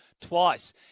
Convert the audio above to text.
twice